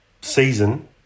season